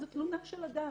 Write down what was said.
זו תלונה של אדם,